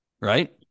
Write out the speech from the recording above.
Right